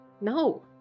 No